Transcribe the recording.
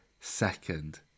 second